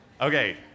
Okay